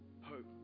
Hope